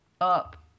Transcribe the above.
up